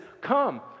come